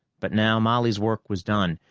but now molly's work was done,